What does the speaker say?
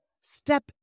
Step